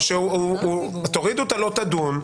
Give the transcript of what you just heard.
תורידו את "לא תדון".